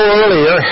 earlier